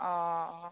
অঁ অঁ